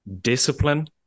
discipline